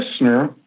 listener